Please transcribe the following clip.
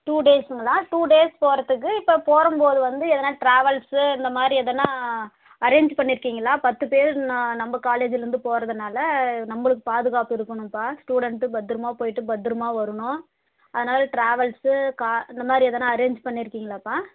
டூடேஸ்சுங்களா two days போகிறதுக்கு இப்போ போரம் போது வந்து எதுன்னா ட்ராவல்ஸ்சு இந்த மாதிரி எதனா அரேஞ்சு பண்ணியிருக்கிங்களா பத்து பேர் நான் நம்ம காலேஜ்ஜில் இருந்து போகிறதுனால நம்பளுக்கு பாதுகாப்பு இருக்கணும்ப்பா ஸ்டூடண்ட்டு பத்திரமா போய்ட்டு பத்திரமா வரணும் அதனால ட்ராவல்ஸ்சு கா இந்த மாதிரி எதுன்னா அரேஞ்ச் பண்ணியிருக்கிங்களாப்பா